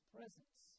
Presence